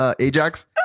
Ajax